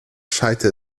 schallte